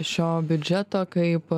šio biudžeto kaip